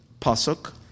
Pasuk